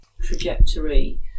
trajectory